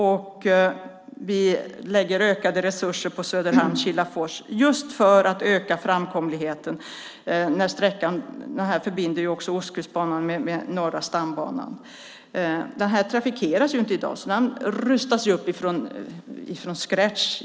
På sträckan Söderhamn-Kilafors lägger vi ökade resurser just för att öka framkomligheten. Här förbinds ju Ostkustbanan med Norra stambanan. Sträckan trafikeras inte i dag, så den rustas upp i sin helhet, från scratch.